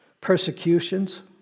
persecutions